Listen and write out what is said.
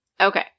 Okay